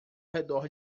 redor